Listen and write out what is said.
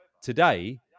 today